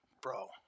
Bro